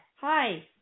Hi